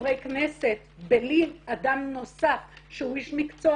חברי כנסת בלי אדם נוסף שהוא איש מקצוע